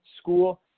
school